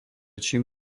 čím